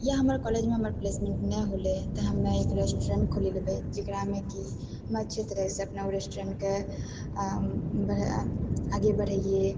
या हमर कॉलेजमे हमर प्लेसमेन्ट नहि होलै तऽ हमे एक रेस्टोरेन्ट खोलि लेबै जकरामे कि हम अच्छे तरहे से अपना ओहि रेस्टोरेन्टके आगे बढ़ैयै